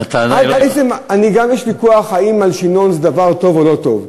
יש ויכוח אם מלשינון זה דבר טוב או לא טוב.